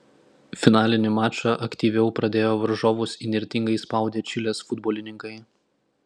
finalinį mačą aktyviau pradėjo varžovus įnirtingai spaudę čilės futbolininkai